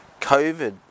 COVID